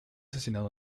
asesinado